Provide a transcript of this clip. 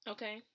Okay